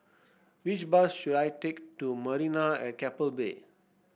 which bus should I take to Marina at Keppel Bay